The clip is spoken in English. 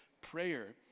prayer